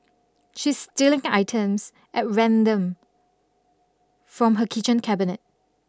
she's stealing items at random from her kitchen cabinet